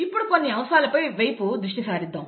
ఇప్పుడు కొన్ని అంశాల వైపు దృష్టి సారిద్దాం